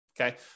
Okay